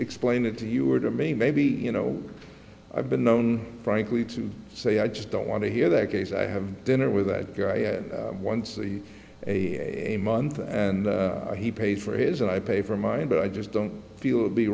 explain it to you or to me maybe you know i've been known frankly to say i just don't want to hear that case i have dinner with that guy once a month and he paid for his and i pay for mine but i just don't feel